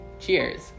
Cheers